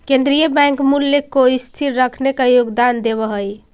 केन्द्रीय बैंक मूल्य को स्थिर रखने में योगदान देवअ हई